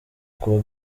kuwa